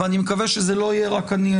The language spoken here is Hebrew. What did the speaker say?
ואני מקווה שזה לא יהיה רק אני,